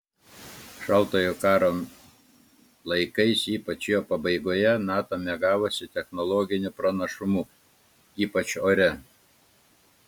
šaltojo karo laikais ypač jo pabaigoje nato mėgavosi technologiniu pranašumu ypač ore